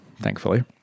thankfully